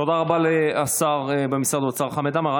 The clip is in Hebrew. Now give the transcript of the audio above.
תודה רבה לשר במשרד האוצר חמד עמאר.